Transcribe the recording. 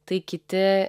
tai kiti